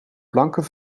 planken